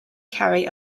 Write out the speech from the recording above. carry